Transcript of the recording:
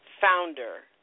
founder